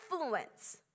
influence